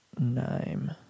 name